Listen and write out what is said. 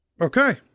Okay